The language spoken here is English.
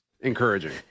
encouraging